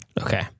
Okay